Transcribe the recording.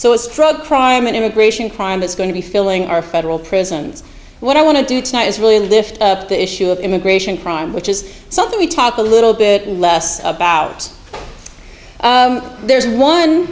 so it's drug crime and immigration crime it's going to be filling our federal prisons what i want to do tonight is really lift up the issue of immigration crime which is something we talk a little bit less about there's one